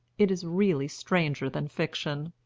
it is really stranger than fiction.